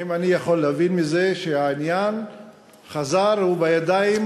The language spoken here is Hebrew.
האם אני יכול להבין מזה שהעניין חזר ובידיים,